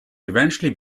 eventually